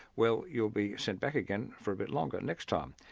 well you'll be sent back again for a bit longer next time.